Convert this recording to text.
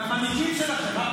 זה המנהיגים שלכם.